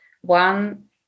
one